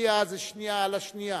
שנייה זה שנייה, על השנייה.